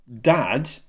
dad